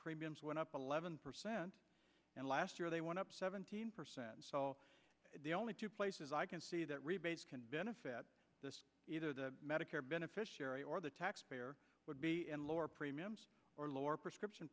premiums went up eleven percent and last year they went up seventeen percent the only two places i can see that rebate benefit either the medicare beneficiary or the taxpayer would be lower premiums or lower prescription